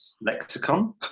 Lexicon